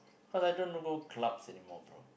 cause I don't go clubs anymore bro